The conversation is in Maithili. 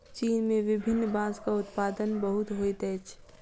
चीन में विभिन्न बांसक उत्पादन बहुत होइत अछि